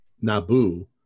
Nabu